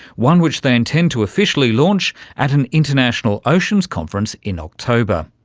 one which they intend to officially launch at an international oceans conference in october.